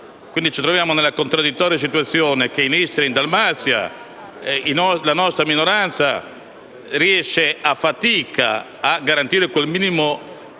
Quindi, ci troviamo nella contraddittoria situazione per cui in Istria e in Dalmazia la nostra minoranza riesce a fatica a garantire un minimo di